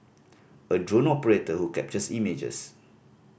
a drone operator who captures images